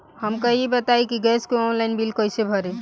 हमका ई बताई कि गैस के ऑनलाइन बिल कइसे भरी?